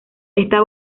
esta